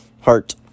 Heart